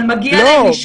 אבל מגיע להם לשמוע את זה.